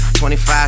25